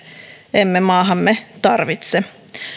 emme maahamme tarvitse